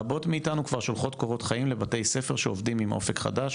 רבות מאתנו כבר שולחות קורות חיים לבתי ספר שעובדים עם אופק חדש,